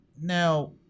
Now